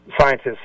scientists